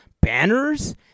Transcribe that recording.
banners